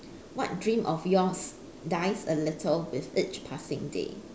what dream of yours dies a little with each passing day